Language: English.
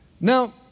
Now